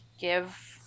give